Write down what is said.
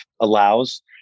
allows